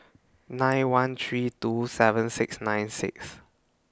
nine one three two seven six nine six